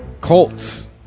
Colts